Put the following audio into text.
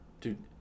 dude